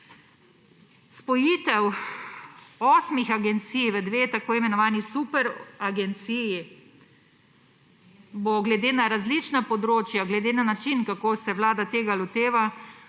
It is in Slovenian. Spojitev osmih agencij v dve tako imenovani superagenciji bo glede na različna področja, glede na način, kako se vlada tega loteva,